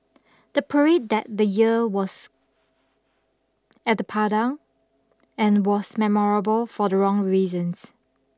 the parade that the year was at the Padang and was memorable for the wrong reasons